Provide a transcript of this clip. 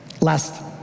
Last